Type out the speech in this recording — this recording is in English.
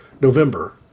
November